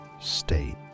state